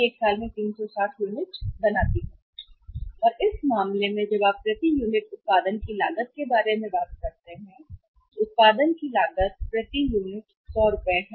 और इस मामले में उत्पादन की लागत जब आप प्रति यूनिट उत्पादन की लागत के बारे में बात करते हैं यानी उत्पादन की लागत प्रति यूनिट 100 रुपये है